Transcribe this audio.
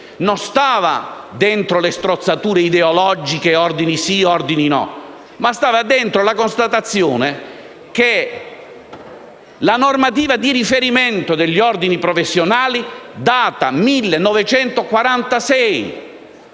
non stava nelle strozzature ideologiche - ordini sì, ordini no - ma nella constatazione che la normativa di riferimento degli ordini professionali è datata 1946.